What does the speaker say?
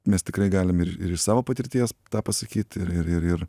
mes tikrai galim ir ir iš savo patirties tą pasakyt ir ir ir ir